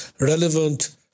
relevant